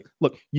look